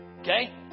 Okay